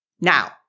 Now